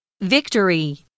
Victory